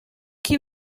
qui